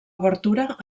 obertura